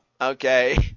Okay